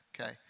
Okay